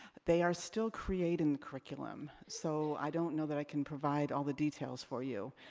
they are still creating curriculum, so i don't know that i can provide all the details for you.